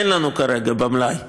אין לנו כרגע במלאי.